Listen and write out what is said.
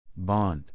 bond 。